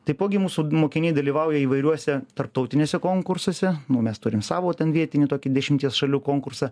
taipogi mūsų mokiniai dalyvauja įvairiuose tarptautiniuose konkursuose mes turim savo ten vietinį tokį dešimties šalių konkursą